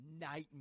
nightmare